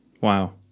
Wow